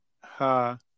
ha